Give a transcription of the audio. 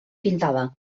pintada